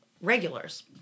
regulars